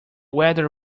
weather